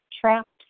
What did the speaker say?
trapped